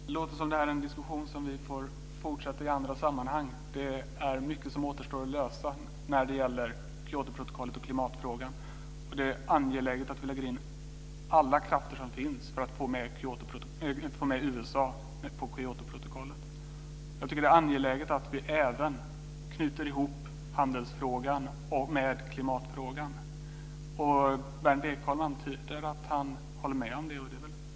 Fru talman! Det låter som att det här är en diskussion som vi får fortsätta i andra sammanhang. Det är mycket som återstår att lösa när det gäller Kyotoprotokollet och klimatfrågan. Det är angeläget att vi lägger in alla krafter som finns för att få med USA på Kyotoprotokollet. Jag tycker att det är angeläget att vi även knyter ihop handelsfrågan med klimatfrågan. Berndt Ekholm antyder att han håller med om det, och det är väl positivt.